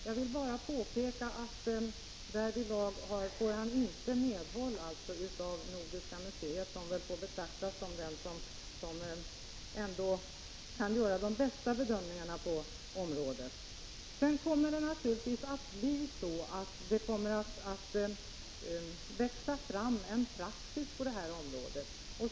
Jag vill bara påpeka att han därvidlag inte får medhåll av Nordiska museet, som väl får betraktas som den instans som bäst kan göra bedömningarna på området. Det kommer naturligtvis att bli så att det växer fram en praxis på det här området.